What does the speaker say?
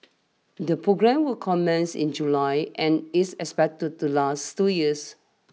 the programme will commence in July and is expected to last two years